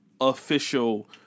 official